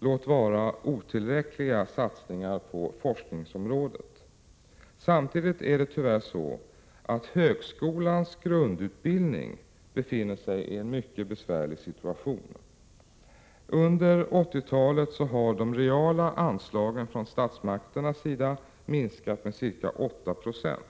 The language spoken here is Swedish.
låt vara otillräckliga, satsningar på forskningsområdet. Samtidigt är det tyvärr så att högskolans grundutbildning befinner sig i en mycket besvärlig situation. Under 80-talet har de reala anslagen från statsmakternas sida minskat med ca 8 96.